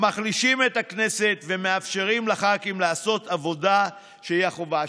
מחלישים את הכנסת ולא מאפשרים לח"כים לעשות עבודה שהיא החובה שלהם.